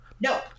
No